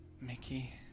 Mickey